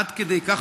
עד כדי כך,